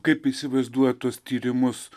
kaip įsivaizduojat tuos tyrimus